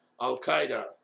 Al-Qaeda